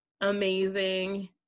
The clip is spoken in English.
amazing